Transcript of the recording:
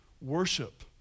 Worship